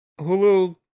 Hulu